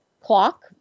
clock